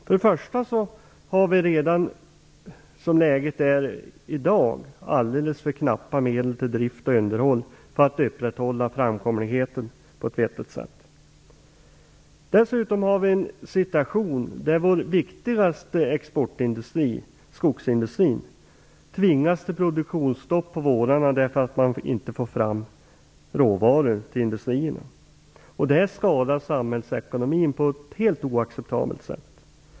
För det första har vi redan som läget är i dag alldeles för knappa medel till drift och underhåll för att upprätthålla framkomligheten på ett vettigt sätt. För det andra har vi en situation där vår viktigaste exportindustri, skogsindustrin, tvingas till produktionsstopp på vårarna därför att man inte får fram råvaror till industrierna. Det skadar samhällsekonomin på ett helt oacceptabelt sätt.